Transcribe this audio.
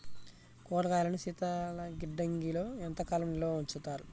కూరగాయలను శీతలగిడ్డంగిలో ఎంత కాలం నిల్వ ఉంచుతారు?